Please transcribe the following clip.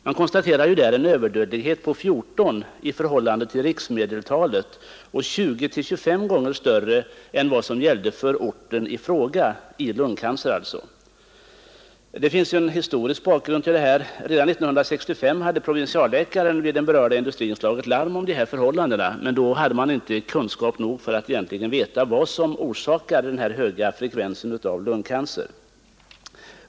Man konstaterade där en överdödlighet på 14 i förhållande till riksmedeltalet och 20—25 gånger större än vad som gällde för orten i fråga. Redan 1965 hade provinsialläkaren slagit larm om dessa förhållanden vid den berörda industrin, men då hade man inte kunskap nog för att egentligen veta vad som orsakade den höga frekvensen av lungcancer.